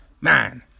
Man